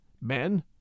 men